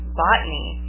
botany